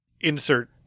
insert